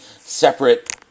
separate